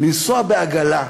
לנסוע בעגלה,